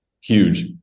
huge